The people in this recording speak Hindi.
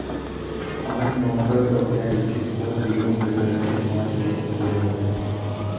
आठ नवंबर दो हजार इक्कीस को विमुद्रीकरण के पांच वर्ष पूरे हो गए हैं